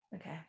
Okay